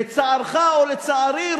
לצערך או לצערי,